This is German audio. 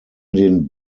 den